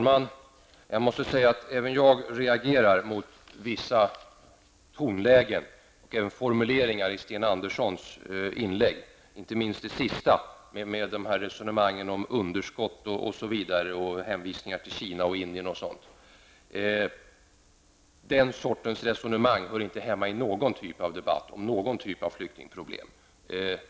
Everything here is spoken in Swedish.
Fru talman! Även jag reagerar mot vissa tonlägen och även formuleringar i Sten Anderssons i Malmö inlägg, inte minst det senaste resonemanget om underskott och hänvisningar till Kina och Indien. Den sortens resonemang hör inte hemma i någon typ av debatt om flyktingproblem.